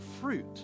fruit